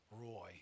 Roy